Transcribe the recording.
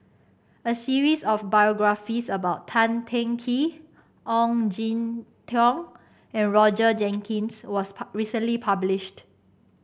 a series of biographies about Tan Teng Kee Ong Jin Teong and Roger Jenkins was recently published